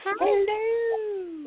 Hello